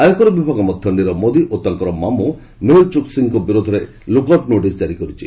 ଆୟକର ବିଭାଗ ମଧ୍ୟ ନୀରବ ମୋଦି ଏବଂ ତାଙ୍କ ମାମୁଁ ମେହୁଲ୍ ଚୋକ୍ସିଙ୍କ ବିରୋଧରେ ଲୁକ୍ ଆଉଟ୍ ନୋଟିସ ଜାରି କରିଛି